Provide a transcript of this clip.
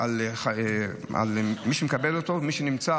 התפיסה